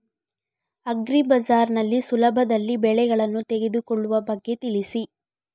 agri bazaar ನಲ್ಲಿ ಸುಲಭದಲ್ಲಿ ಬೆಳೆಗಳನ್ನು ತೆಗೆದುಕೊಳ್ಳುವ ಬಗ್ಗೆ ತಿಳಿಸಿ